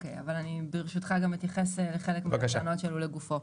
ברשותך גם אתייחס לחלק מהטענות שהועלו לגופו.